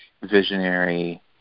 visionary